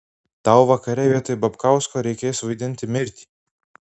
tau vakare vietoj babkausko reikės vaidinti mirtį